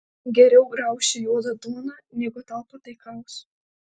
geriau graušiu juodą duoną negu tau pataikausiu